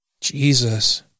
Jesus